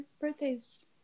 birthdays